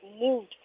moved